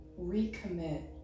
recommit